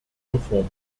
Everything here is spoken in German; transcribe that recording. reform